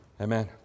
Amen